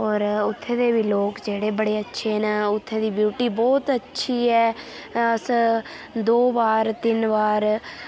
होर उ'त्थें दे बी लोक जेह्ड़े बड़े अच्छे न उ'त्थें दी ब्यूटी बहोत अच्छी ऐ अस दो बार तिन्न बार